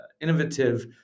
innovative